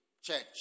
church